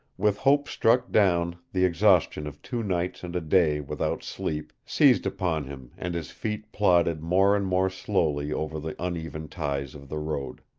with hope struck down the exhaustion of two nights and a day without sleep seized upon him and his feet plodded more and more slowly over the uneven ties of the road.